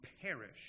perish